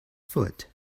foot